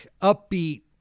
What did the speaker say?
upbeat